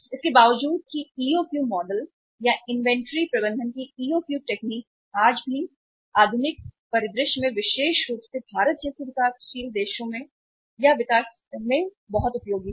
इसके बावजूद कि ईओक्यू मॉडल या इन्वेंट्री प्रबंधन की ईओक्यू तकनीक आज भी या आधुनिक परिदृश्य में विशेष रूप से भारत जैसे विकासशील देशों या विकासशील देशों में बहुत उपयोगी है